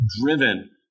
driven